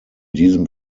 diesem